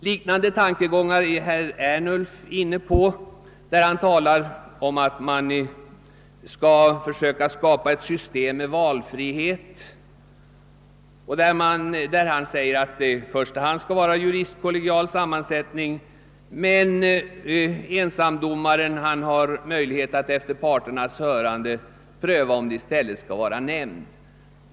Liknande tankegångar är herr Ernulf inne på när han talar om att vi skall försöka skapa ett system med valfrihet och när han säger att det i första hand skall vara juristkollegial sammansättning men med möjlighet för ensamdomare att efter parternas hörande pröva om det i stället skall vara nämnd.